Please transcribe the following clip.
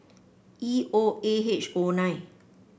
E O A H O nine